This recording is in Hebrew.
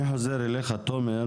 ואני מקווה שהם גם לא יצטרכו.